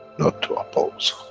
not to oppose,